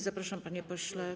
Zapraszam, panie pośle.